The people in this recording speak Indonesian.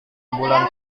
bulan